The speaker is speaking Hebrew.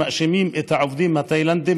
שמאשימים העובדים התאילנדים,